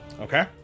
Okay